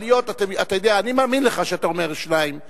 אבל אתה יודע, אני מאמין לך כשאתה אומר 2 שקלים.